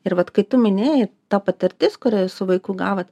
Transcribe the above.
ir vat kai tu minėjai ta patirtis kurią su vaiku gavot